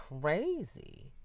crazy